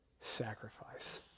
sacrifice